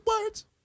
words